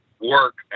work